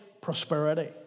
prosperity